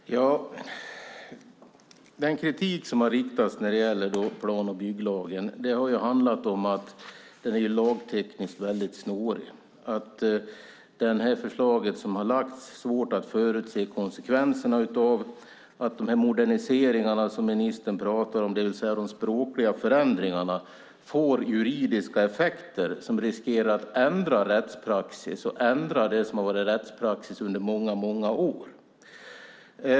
Fru talman! Den kritik som riktats mot plan och bygglagen har handlat om att den lagtekniskt är väldigt snårig, om att det beträffande det förslag som har lagts fram är det svårt att förutse konsekvenserna samt om att de moderniseringar som ministern talar om, det vill säga de språkliga förändringarna, får juridiska effekter som gör att risken finns att det som i väldigt många år varit rättspraxis ändras.